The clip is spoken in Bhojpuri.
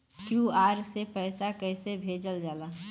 क्यू.आर से पैसा कैसे भेजल जाला?